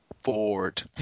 Ford